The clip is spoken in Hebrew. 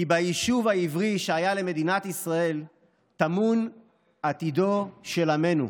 כי ביישוב העברי שהיה למדינת ישראל טמון עתידו של עמנו.